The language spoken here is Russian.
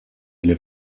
для